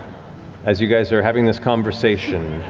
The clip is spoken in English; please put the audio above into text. as you guys are having this conversation